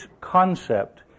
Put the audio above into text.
concept